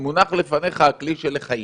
מונח לפניך הכלי של לחייב.